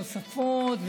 נוספות,